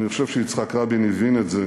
אני חושב שיצחק רבין הבין את זה,